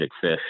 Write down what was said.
fish